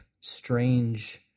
strange